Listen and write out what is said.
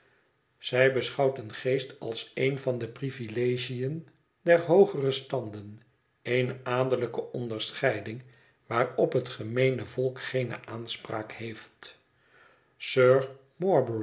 zij beschouwt een geest als een van de privilegiën der hoogere standen eene addellijke onderscheiding waarop het gemeene volk geene aanspraak heeft